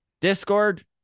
Discord